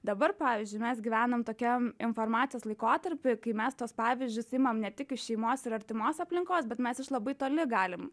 dabar pavyzdžiui mes gyvenam tokiam informacijos laikotarpy kai mes tuos pavyzdžius imam ne tik iš šeimos ir artimos aplinkos bet mes iš labai toli galim